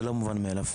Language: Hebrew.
זה לא מובן מאליו,